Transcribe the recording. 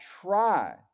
try